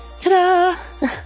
ta-da